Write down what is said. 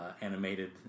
animated